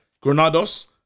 Granados